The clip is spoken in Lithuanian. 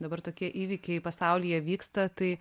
dabar tokie įvykiai pasaulyje vyksta tai